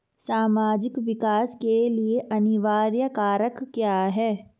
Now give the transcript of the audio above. सामाजिक विकास के लिए अनिवार्य कारक क्या है?